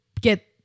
get